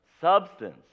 Substance